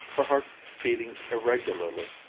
her heart beating irregularly,